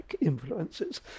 influences